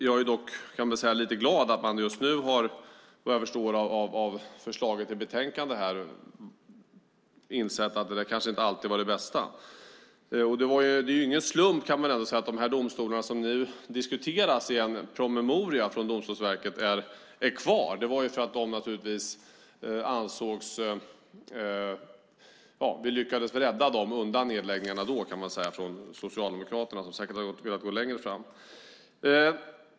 Jag är dock lite glad att man nu - vad jag förstår av förslaget i betänkandet - har insett att det kanske inte alltid var det bästa. Det är ingen slump att de domstolar som nu diskuteras i en promemoria från Domstolsverket är kvar. Det var därför att vi då lyckades rädda dem undan nedläggningarna. Socialdemokraterna hade säkert velat gå längre.